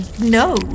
No